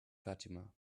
fatima